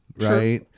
right